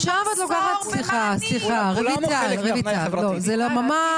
כולנו חלק מהבניה חברתית.